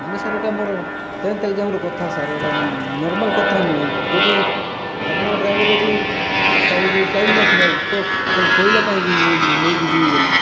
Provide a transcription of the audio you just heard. ମାନେ ସାର୍ ଏଇଟା ମୋର ଟେନଥ୍ ଏକ୍ଜାମର କଥା ସାର୍ ଏଇଟା ନର୍ମାଲ୍ କଥା ନୁହେଁ ଯଦି ଆପଣଙ୍କ ଡ୍ରାଇଭର୍ ଯଦି ତାକୁ ଟାଇମ୍ ନଥିଲା ତ କ କହିଲା କାହିଁକି ମୁଁ ନେଇକି ଯିବି ବୋଲି